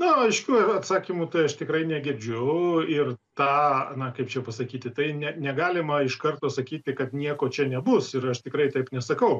na aiškių atsakymų tai aš tikrai negirdžiu ir tą na kaip čia pasakyti tai ne negalima iš karto sakyti kad nieko čia nebus ir aš tikrai taip nesakau